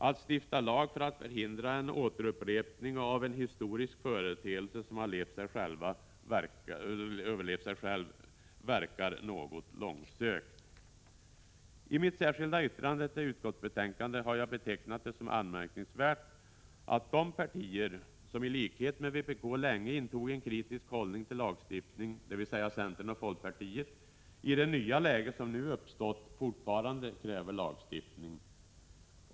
Att stifta lag för att förhindra en upprepning av en företeelse som överlevt sig själv verkar något långsökt. I mitt särskilda yttrande till utskottsbetänkandet har jag betecknat det som anmärkningsvärt att de partier som i likhet med vpk länge intog en kritisk hållning till lagstiftning — dvs. centern och folkpartiet — i det nya läge som nu uppstått fortfarande kräver lagstiftning.